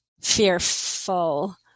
fearful